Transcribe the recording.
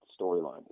storyline